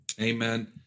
amen